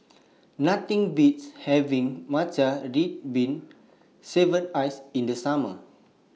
Nothing Beats having Matcha Red Bean Shaved Ice in The Summer